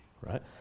right